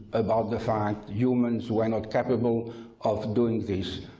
about the fact, humains were not capable of doing this.